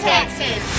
Texas